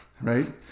Right